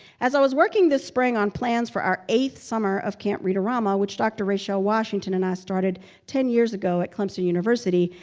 as i was working this spring on plans for our eighth summer of camp read-a-rama, which dr. rachelle d. washington and i started ten years ago at clemson university,